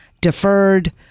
deferred